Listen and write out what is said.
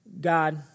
God